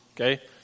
okay